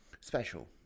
special